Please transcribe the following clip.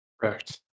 Correct